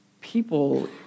people